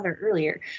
earlier